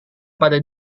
pada